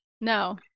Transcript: No